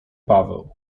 paweł